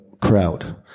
crowd